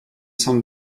sam